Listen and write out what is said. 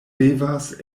devas